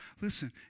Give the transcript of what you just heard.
listen